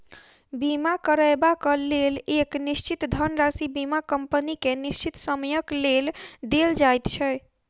बीमा करयबाक लेल एक निश्चित धनराशि बीमा कम्पनी के निश्चित समयक लेल देल जाइत छै